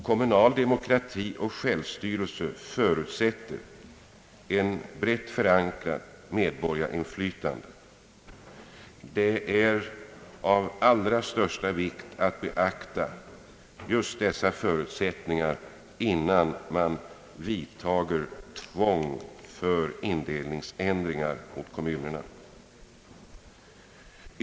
Kommunal demokrati och självstyre förutsätter ett brett förankrat medborgarinflytande. Det är av allra största vikt att beakta förutsättningarna härför innan man vidtar tvångsåtgärder för indelningsändringar av kommunerna.